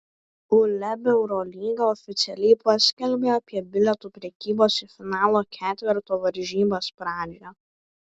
uleb eurolyga oficialiai paskelbė apie bilietų prekybos į finalo ketverto varžybas pradžią